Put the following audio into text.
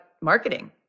marketing